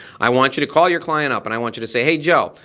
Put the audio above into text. i want you to call your client up and i want you to say, hey joe,